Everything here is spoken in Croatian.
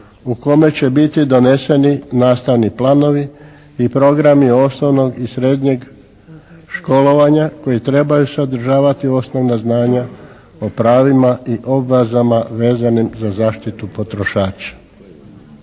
u kome će biti doneseni nastavni planovi i programi osnovnog i srednjeg školovanja koji trebaju sadržavati osnovna znanja o pravima i obvezama vezanim za zaštitu potrošača.